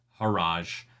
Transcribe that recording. Haraj